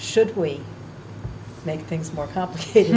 should we make things more complicated